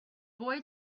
boy